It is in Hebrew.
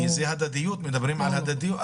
מדברים על הדדיות.